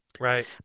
right